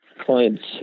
clients